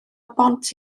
bont